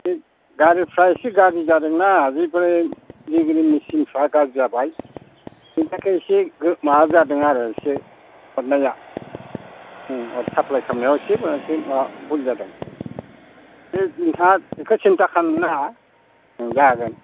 एसे गारिफ्रा एसे गाज्रि जादोंना इनिफ्राय मेचिनफ्रा गाज्रि जाबाय बिनि थाखाय एसे माबा जादों आरो एसे हरनाया साप्लाय खालामनायाव एसे माबा भुल जादों बे नोंथाङा एख' सिन्था खामनो नाङा जागोन